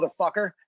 motherfucker